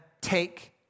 take